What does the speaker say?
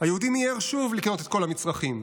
היהודי מיהר שוב לקנות את כל המצרכים.